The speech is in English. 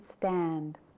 stand